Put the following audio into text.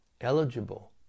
eligible